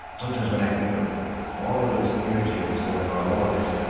sometimes, when i think of all of this energy that's going on all of this,